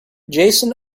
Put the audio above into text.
jason